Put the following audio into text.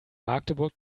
magdeburg